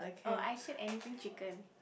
oh I said anything chicken